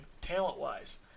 talent-wise